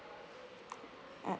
an~